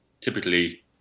typically